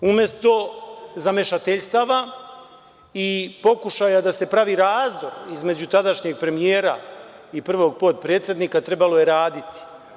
Umesto zamešateljstava i pokušaja da se pravi razdor između tadašnjeg premijera i prvog potpredsednika trebalo je raditi.